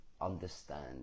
understand